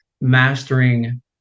mastering